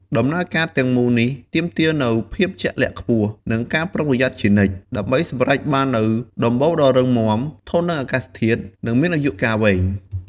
ដំណើរការទាំងមូលនេះទាមទារនូវ ភាពជាក់លាក់ខ្ពស់ និងការប្រុងប្រយ័ត្នជានិច្ច ដើម្បីសម្រេចបាននូវដំបូលដ៏រឹងមាំ ធន់នឹងអាកាសធាតុ និងមានអាយុកាលវែង។